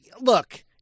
look